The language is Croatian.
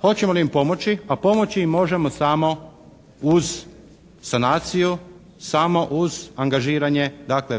hoćemo li im pomoći, a pomoći im možemo samo uz sanaciju, samo uz angažiranje dakle